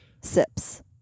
sips